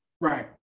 Right